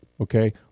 okay